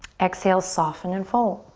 exhale, soften and fold.